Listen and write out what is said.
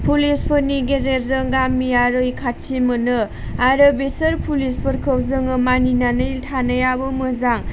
पुलिसफोरनि गेजेरजों गामिया रैखाथि मोनो आरो बिसोर पुलिसफोरखौ जों मानिनानै थानायाबो मोजां